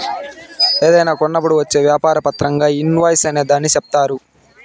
ఏదైనా కొన్నప్పుడు వచ్చే వ్యాపార పత్రంగా ఇన్ వాయిస్ అనే దాన్ని చెప్తారు